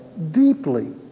Deeply